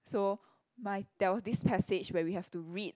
so my there was this passage where we have to read